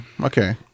Okay